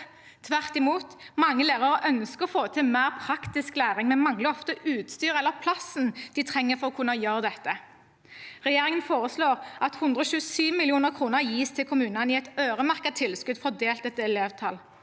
Tvert imot: Mange lærere ønsker å få til mer praktisk læring, men de mangler ofte utstyr eller plassen de trenger for å kunne gjøre dette. Regjeringen foreslår at 127 mill. kr gis til kommunene i et øremerket tilskudd fordelt etter elevtall.